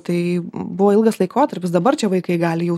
tai buvo ilgas laikotarpis dabar čia vaikai gali jau